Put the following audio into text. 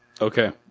Okay